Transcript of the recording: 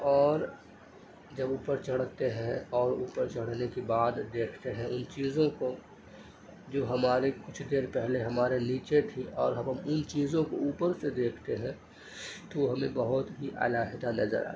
اور جب اوپر چڑھتے ہیں اور اوپر چڑھنے کے بعد دیکھتے ہیں ان چیزوں کو جو ہمارے کچھ دیر پہلے ہمارے نیچے تھی اور اب ہم ان چیزوں کو اوپر سے دیکھتے ہیں تو ہمیں بہت ہی علاحدہ نظر آتی ہے